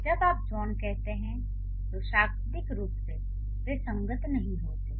जब आप जॉन कहते हैं तो शाब्दिक रूप से वे संगत नहीं होते हैं